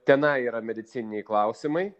tenai yra medicininiai klausimai